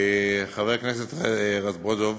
חבר הכנסת רזבוזוב